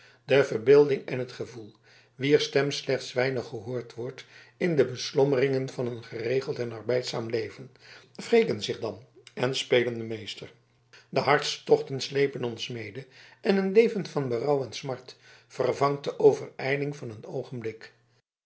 de verbeelding en het gevoel wier stem slechts weinig gehoord wordt in de beslommeringen van een geregeld en arbeidzaam leven wreken zich dan en spelen den meester de hartstochten sleepen ons mede en een leven van berouw en smart vervangt de overijling van een oogenblik